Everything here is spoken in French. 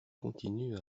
continue